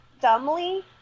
dumbly